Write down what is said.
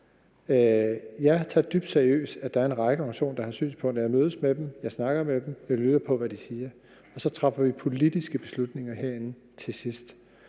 Jeg tager det dybt seriøst, at der er en række organisationer, der har synspunkter. Jeg mødes med dem, jeg snakker med dem, jeg lytter til, hvad de siger, og så træffer vi politiske beslutninger herinde til sidst.